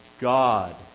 God